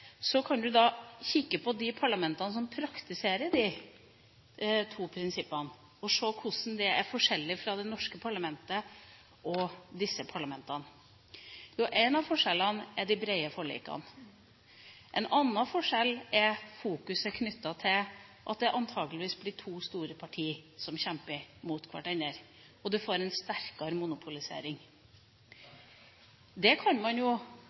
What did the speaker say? kan man kikke på de parlamentene som praktiserer disse to prinsippene, og se hvordan de er forskjellig fra det norske parlamentet. En av forskjellene er de brede forlikene. En annen forskjell er at det antakeligvis blir to store partier som kjemper mot hverandre, og du får en sterkere monopolisering. Det